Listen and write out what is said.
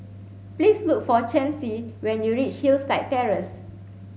please look for Chancey when you reach Hillside Terrace